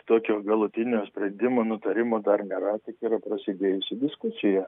tokio galutinio sprendimo nutarimo dar nėra tik yra prasidėjusi diskusija